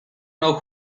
know